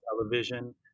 television